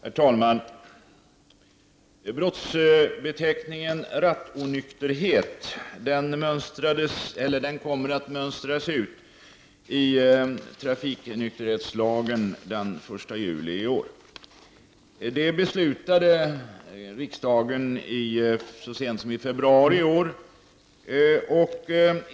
Herr talman! Brottsbeteckningen rattonykterhet kommer att mönstras ut ur trafiknykterhetslagen den 1 juli i år. Detta beslutade riksdagen så sent som i februari i år.